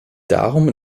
darum